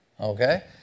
okay